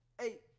Eight